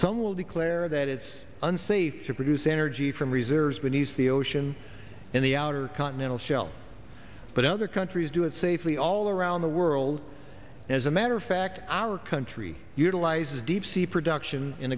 some will declare that it's unsafe to produce energy from reserves beneath the ocean in the outer continental shelf but other countries do it safely all around the world as a matter of fact our country utilizes deep sea production in